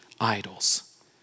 idols